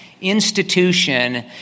institution